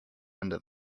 under